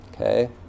Okay